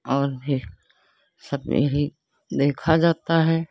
और भी सब यही देखा जाता है